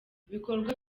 ibikorwa